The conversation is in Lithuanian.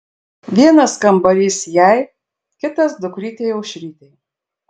vienas kambarys jai kitas dukrytei aušrytei